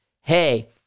hey